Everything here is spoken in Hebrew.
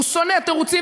הוא שונא תירוצים,